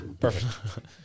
Perfect